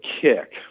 kick